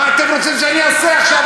מה אתם רוצים שאני אעשה עכשיו,